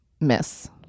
Miss